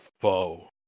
foe